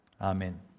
Amen